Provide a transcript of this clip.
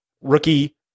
rookie